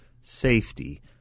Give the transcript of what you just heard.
safety